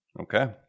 Okay